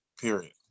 period